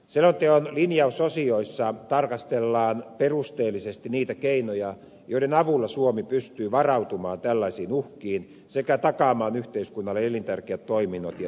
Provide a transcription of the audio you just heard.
selonteon linjausosioissa tarkastellaan perusteellisesti niitä keinoja joiden avulla suomi pystyy varautumaan tällaisiin uhkiin sekä takaamaan yhteiskunnalle elintärkeät toiminnot ja sisäisen turvallisuuden